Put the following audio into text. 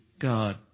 God